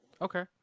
Okay